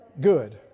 good